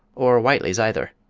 or whiteley's either.